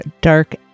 Dark